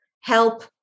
help